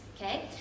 okay